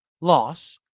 loss